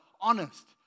honest